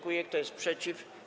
Kto jest przeciw?